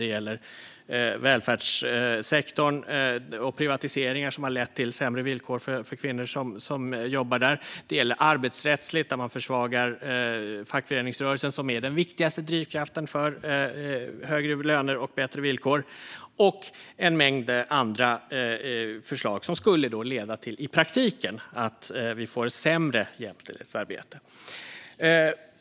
Det gäller välfärdssektorn och de privatiseringar som har lett till sämre villkor för kvinnor som jobbar där. Det gäller arbetsrättsligt, där man försvagar fackföreningsrörelsen som är den viktigaste drivkraften för högre löner och bättre villkor. Det gäller också en mängd andra förslag som skulle leda till att vi i praktiken får ett sämre jämställdhetsarbete.